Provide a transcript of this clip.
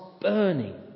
burning